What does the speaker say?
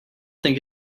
think